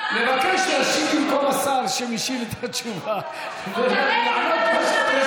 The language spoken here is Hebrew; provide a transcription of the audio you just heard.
לבקש להשיב במקום השר שמשיב את התשובה ולענות מה שאת רוצה.